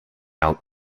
out